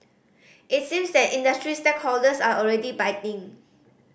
it seems that industry stakeholders are already biting